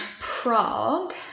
prague